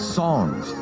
songs